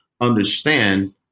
understand